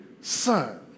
son